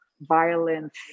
violence